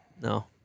no